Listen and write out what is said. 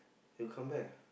you come back ah